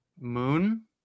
Moon